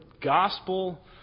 gospel